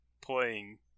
playing